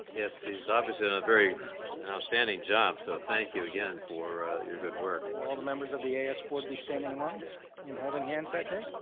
yes, she's obviously in a very outstanding job, so thank you again for your good work. will all the members of the as board be standing inline in holding hands that day?